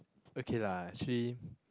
okay lah actually